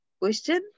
question